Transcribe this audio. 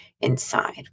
inside